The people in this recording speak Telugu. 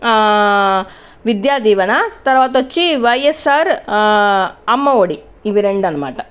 విద్యాదీవెన తర్వాతొచ్చి వైఎస్సార్ అమ్మఒడి ఇవి రెండు అనమాట